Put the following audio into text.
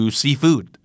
seafood